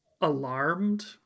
alarmed